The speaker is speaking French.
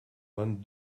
vingt